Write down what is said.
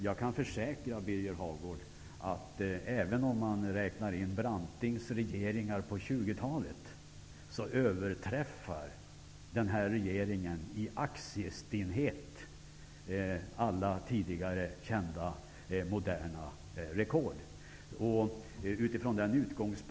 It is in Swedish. Jag kan försäkra Birger Hagård att även om man räknar med Brantings regering under 20-talet, överträffar den nuvarande regeringen alla tidigare kända, moderna rekord i fråga om aktiestinnhet.